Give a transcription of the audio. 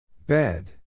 Bed